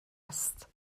است